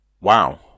wow